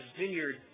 vineyard